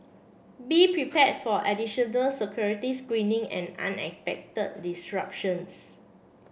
be prepared for additional security screening and unexpected disruptions